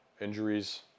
Injuries